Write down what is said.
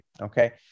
okay